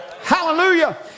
Hallelujah